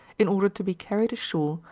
in order to be carried ashore,